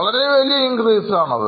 വളരെ വലിയ increase ആണ്